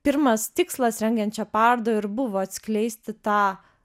pirmas tikslas rengiant šią parodą ir buvo atskleisti tą